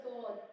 God